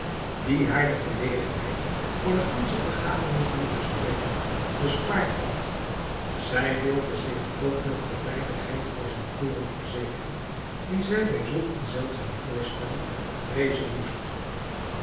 die haar de verlegenheid voor de gansche vergadering te moeten spreken bespaard had zij wilde zich ook nog de veiligheid voor zijn toorn verzekeren dien zij bij zulk een zeldzaam voorstel vreezen moest